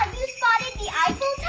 you spotted the eiffel